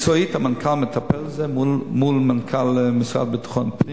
מקצועית המנכ"ל מטפל בזה מול מנכ"ל המשרד לביטחון פנים.